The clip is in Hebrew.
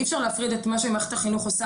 אי אפשר להפריד את מה שמערכת החינוך עושה